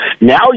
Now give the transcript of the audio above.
Now